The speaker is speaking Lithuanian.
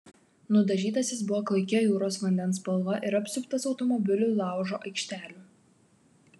nudažytas jis buvo klaikia jūros vandens spalva ir apsuptas automobilių laužo aikštelių